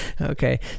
Okay